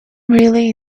really